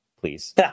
please